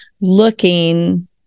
looking